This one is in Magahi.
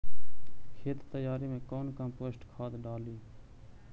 खेत तैयारी मे कौन कम्पोस्ट खाद डाली?